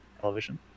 television